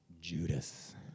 Judas